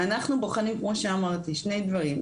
אנחנו בוחנים כמו שאמרתי, שני דברים.